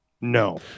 No